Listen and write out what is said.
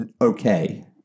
okay